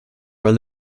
were